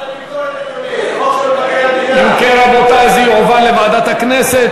לדיון מוקדם בוועדה שתקבע ועדת הכנסת